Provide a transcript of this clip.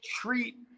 treat